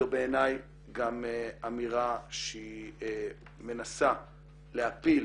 זו בעיניי גם אמירה שהיא מנסה להפיל